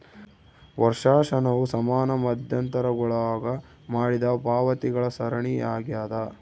ವರ್ಷಾಶನವು ಸಮಾನ ಮಧ್ಯಂತರಗುಳಾಗ ಮಾಡಿದ ಪಾವತಿಗಳ ಸರಣಿಯಾಗ್ಯದ